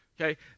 Okay